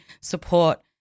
support